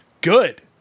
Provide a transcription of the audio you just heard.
good